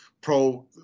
pro